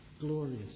glorious